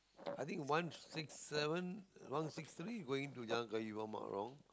I think one six seven one six three going to Jalan-Kayu I'm not wrong